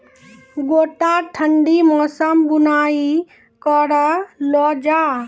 गोटा ठंडी मौसम बुवाई करऽ लो जा?